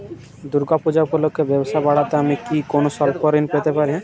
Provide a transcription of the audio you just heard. দূর্গা পূজা উপলক্ষে ব্যবসা বাড়াতে আমি কি কোনো স্বল্প ঋণ পেতে পারি?